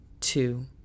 two